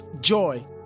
joy